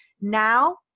Now